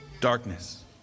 darkness